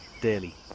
daily